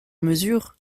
mesure